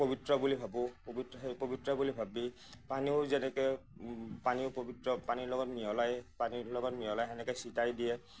পৱিত্ৰ বুলি ভাবোঁ পৱিত্ৰ সেই পৱিত্ৰ বুলি ভাবি পানীও যেনেকৈ পানীও পৱিত্ৰ পানীৰ লগত মিহলাই পানীৰ লগত মিহলাই সেনেকৈ চিতাই দিয়ে